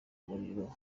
umuriro